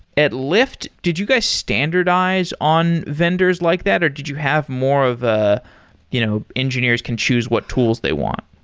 at lyft, did you guys standardize on vendors like that, or did you have more of a you know engineers can choose what tools they want?